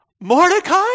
Mordecai